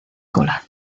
cola